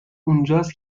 اونجاست